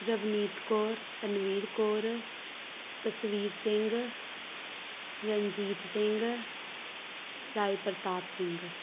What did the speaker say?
Ravneet Kaur Tanveer Kaur Tasveer Singh Ranjit Singh Rai Pratap Singh